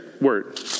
word